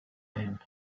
him